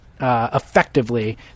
effectively